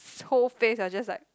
his whole face was just like